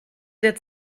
der